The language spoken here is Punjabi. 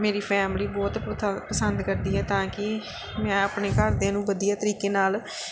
ਮੇਰੀ ਫੈਮਿਲੀ ਬਹੁਤ ਪਥਾ ਪਸੰਦ ਕਰਦੀ ਹੈ ਤਾਂ ਕਿ ਮੈਂ ਆਪਣੇ ਘਰਦਿਆਂ ਨੂੰ ਵਧੀਆ ਤਰੀਕੇ ਨਾਲ